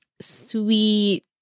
sweet